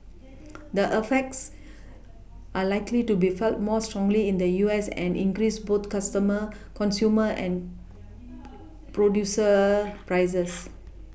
the effects are likely to be felt more strongly in the U S and increase both customer consumer and producer prices